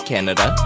Canada